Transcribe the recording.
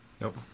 Nope